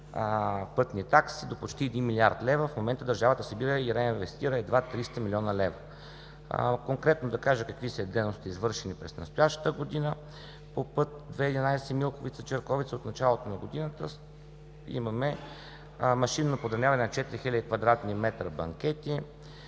пътни такси до почти 1 млрд. лв. В момента държавата събира и реинвестира едва 300 млн. лв. Конкретно да кажа какви са дейностите, извършени през настоящата година. По път II-11 Милковица – Черковица от началото на година имаме машинно подравняване на четири хиляди квадратни метра банкети;